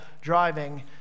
driving